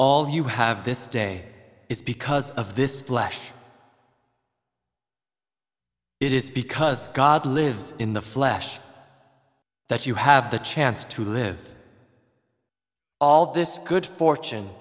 of you have this day is because of this flesh it is because god lives in the flesh that you have the chance to live all this good fortune